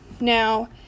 Now